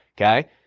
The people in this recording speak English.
okay